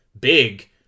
big